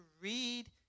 read